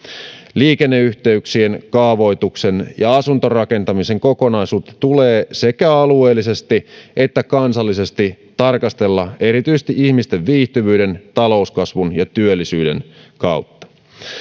liikenneyhteyksien kaavoituksen ja asuntorakentamisen kokonaisuutta tulee sekä alueellisesti että kansallisesti tarkastella erityisesti ihmisten viihtyvyyden talouskasvun ja työllisyyden kautta